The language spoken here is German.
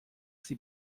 sie